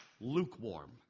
lukewarm